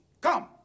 Come